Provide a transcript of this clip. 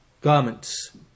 garments